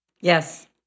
Yes